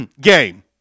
game